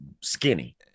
skinny